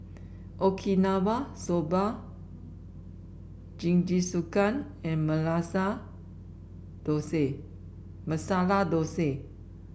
Okinawa Soba Jingisukan and Dosa Masala Dosa